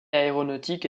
aéronautique